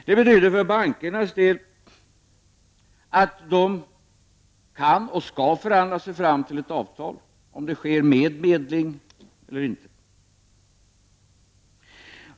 Det betyder för bankernas del att de kan och skall förhandla sig fram till ett avtal, med medling eller utan.